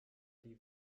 die